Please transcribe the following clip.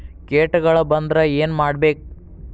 ಕೇಟಗಳ ಬಂದ್ರ ಏನ್ ಮಾಡ್ಬೇಕ್?